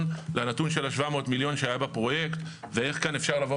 לנתון של ה-700 מיליון שהיה בפרויקט ואיך כאן אפשר לבוא